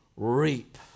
reap